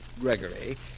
Gregory